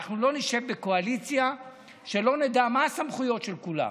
אנחנו לא נשב בקואליציה שלא נדע מה הסמכויות של כולם,